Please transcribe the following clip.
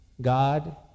God